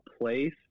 place